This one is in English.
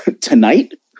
tonight